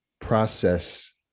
process